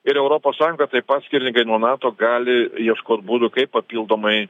ir europos sąjunga taip pat skirtingai nuo nato gali ieškot būdų kaip papildomai